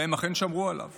והם אכן שמרו עליו